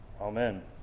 Amen